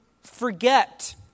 forget